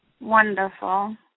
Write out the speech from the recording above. Wonderful